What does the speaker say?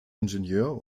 ingenieur